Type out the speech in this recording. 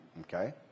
okay